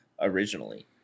originally